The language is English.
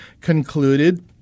concluded